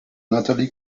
natalie